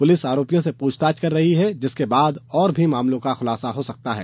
police आरोपियों से पूछताछ कर रही है जिसके बाद और भी मामलों का खुलासा हो सकता है